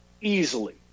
easily